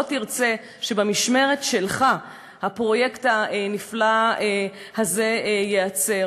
לא תרצה שבמשמרת שלך הפרויקט הנפלא הזה ייעצר.